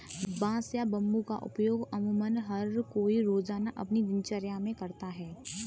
बांस या बम्बू का उपयोग अमुमन हर कोई रोज़ाना अपनी दिनचर्या मे करता है